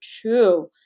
true